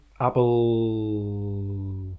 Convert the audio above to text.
Apple